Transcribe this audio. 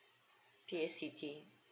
P_A_C_T